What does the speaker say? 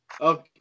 Okay